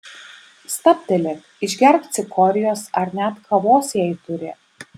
stabtelėk išgerk cikorijos ar net kavos jei turi